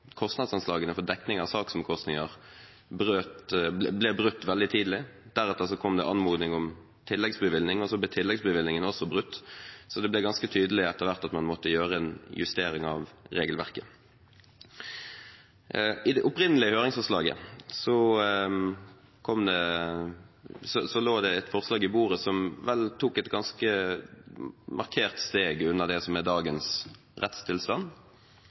dekning av saksomkostninger ble brutt veldig tidlig. Deretter kom det anmodning om tilleggsbevilgning, og så ble også tilleggsbevilgningene brukt. Det ble etter hvert ganske tydelig at man måtte gjøre en justering av regelverket. I det opprinnelige høringsforslaget lå det på bordet et forslag som tok et ganske markert steg unna det som er dagens rettstilstand.